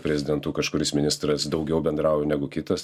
prezidentu kažkuris ministras daugiau bendrauja negu kitas